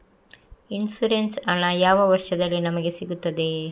Insurance ಹಣ ಯಾವ ವರ್ಷದಲ್ಲಿ ನಮಗೆ ಸಿಗುತ್ತದೆ?